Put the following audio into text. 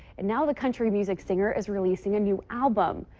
and now the country music singer is releasing a new album.